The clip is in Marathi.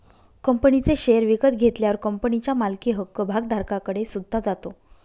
कंपनीचे शेअर विकत घेतल्यावर कंपनीच्या मालकी हक्क भागधारकाकडे सुद्धा जातो